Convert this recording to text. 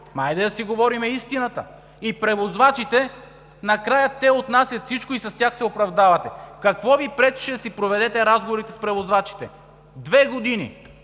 хайде, да си говорим истината. Накрая превозвачите отнасят всичко и с тях се оправдавате. Какво Ви пречеше да си проведете разговорите с превозвачите? Две години!